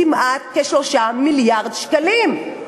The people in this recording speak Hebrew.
כמעט 3 מיליארד שקלים.